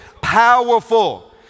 powerful